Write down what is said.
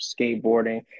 skateboarding